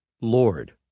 Lord